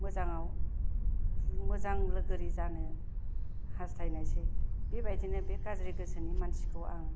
मोजां आव मोजां लोगोरि जानो हासथायनायसै बे बादिनो बे गाज्रि गोसोनि मानसिखौ आं